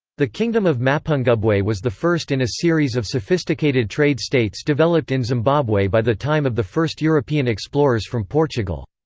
the kingdom of mapungubwe was the first in a series of sophisticated trade states developed in zimbabwe by the time of the first european explorers from portugal.